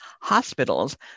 hospitals